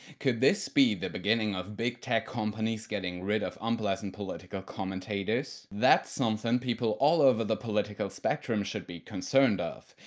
could this be the beginning of big tech companies getting rid of unpleasant political commentators? that's something people all over the political spectrum should be concerned of.